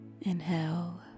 Inhale